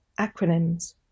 Acronyms